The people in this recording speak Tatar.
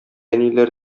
әниләр